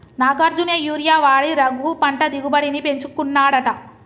Nagarjuna urea వాడి రఘు పంట దిగుబడిని పెంచుకున్నాడట